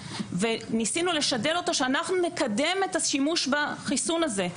וניסינו לשדל אותו שאנחנו נקדם את השימוש בחיסון הזה.